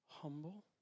Humble